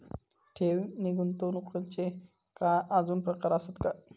ठेव नी गुंतवणूकचे काय आजुन प्रकार आसत काय?